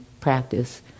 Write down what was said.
practice